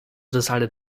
decided